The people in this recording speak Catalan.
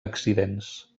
accidents